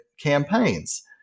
campaigns